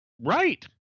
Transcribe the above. right